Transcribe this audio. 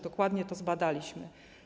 Dokładnie to zbadaliśmy.